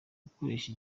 gukoresha